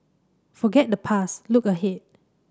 forget the past look ahead